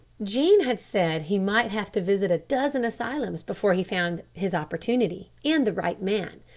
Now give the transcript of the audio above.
jean had said he might have to visit a dozen asylums before he found his opportunity and the right man,